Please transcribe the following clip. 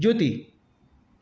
Jyoti